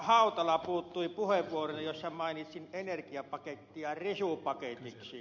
hautala puuttui puheenvuorooni jossa mainitsin energiapakettia risupaketiksi